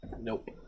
Nope